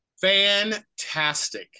Fantastic